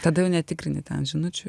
tada jau netikrini ten žinučių